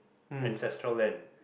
ancestral land